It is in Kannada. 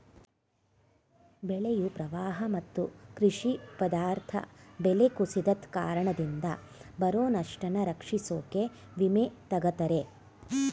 ಬೆಳೆಯು ಪ್ರವಾಹ ಮತ್ತು ಕೃಷಿ ಪದಾರ್ಥ ಬೆಲೆ ಕುಸಿತದ್ ಕಾರಣದಿಂದ ಬರೊ ನಷ್ಟನ ರಕ್ಷಿಸೋಕೆ ವಿಮೆ ತಗತರೆ